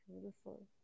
Beautiful